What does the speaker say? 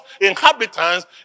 inhabitants